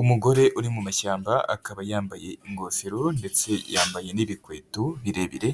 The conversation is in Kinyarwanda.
Umugore uri mu mashyamba akaba yambaye ingofero ndetse yambaye n'ibikweto birebire